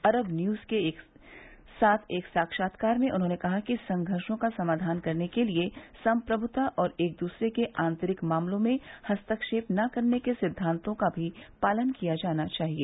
अरब News के साथ एक साक्षात्कार में उन्होंने कहा कि संघर्षों का समाधान करने के लिए सम्प्रभुता और एक दूसरे के आंतरिक मामलों में हस्तक्षेप न करने के सिद्वांतों का भी पालन किया जाना चाहिए